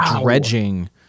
dredging